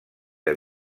que